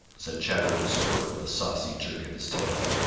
said chatterer the squirrel with a saucy jerk of his tail.